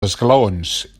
esglaons